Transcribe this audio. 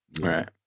Right